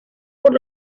por